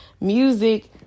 music